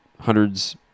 hundreds